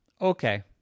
okay